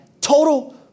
total